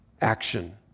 action